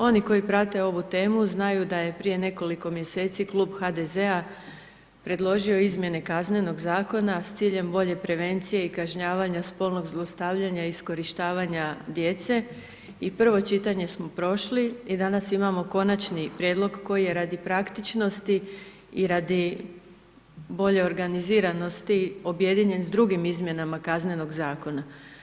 Oni koji prate ovu temu znaju da je prije nekoliko mjeseci Klub HDZ-a predložio izmjene Kaznenog zakona s ciljem bolje prevencije i kažnjavanja spolnog zlostavljanja, iskorištavanja djece i prvo čitanje smo prošli i danas imamo konačni prijedlog koji je radi praktičnosti i radi bolje organiziranosti objedinjen s drugim izmjenama Kaznenog zakona.